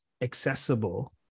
accessible